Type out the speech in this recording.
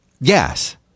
yes